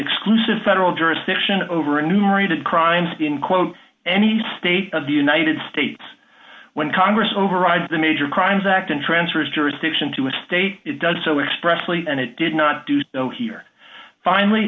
exclusive federal jurisdiction over a numerated crimes in quote any state of the united states when congress overrides the major crimes act and transfers jurisdiction to a state it does so expressly and it did not do so here finally